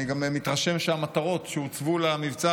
אני גם מתרשם שהמטרות שהוצבו למבצע